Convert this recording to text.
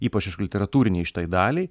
ypač aišku literatūrinei šitai daliai